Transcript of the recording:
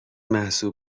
محسوب